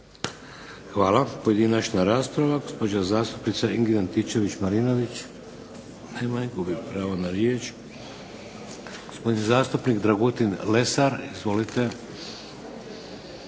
Hvala. Pojedinačna rasprava. Gospođa zastupnica Ingrid Antičević Marinović. Nema je. Gubi pravo na riječ. Gospodin zastupnik Dragutin Lesar. Izvolite.